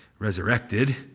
Resurrected